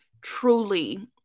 truly